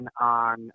on